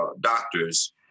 doctors